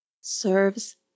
Serves